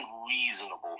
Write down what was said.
unreasonable